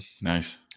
nice